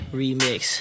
remix